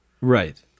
Right